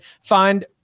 find